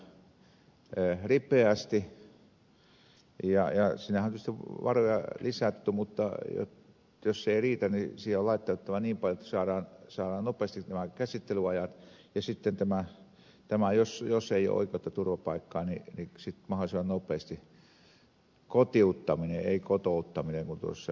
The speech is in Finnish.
sinnehän on tietysti varoja lisätty mutta jos se ei riitä niin siihen on laitettava niin paljon jotta saadaan nopeiksi nämä käsittelyajat ja sitten jos ei ole oikeutta turvapaikkaan niin mahdollisimman nopeasti kotiuttaminen ei kotouttaminen niin kuin ed